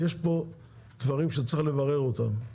יש פה דברים שצריך לברר אותם.